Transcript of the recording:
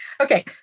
Okay